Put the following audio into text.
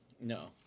No